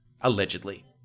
Allegedly